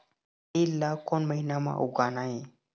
तील ला कोन महीना म उगाना ये?